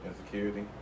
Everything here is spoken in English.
insecurity